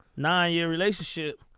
nine year relationship.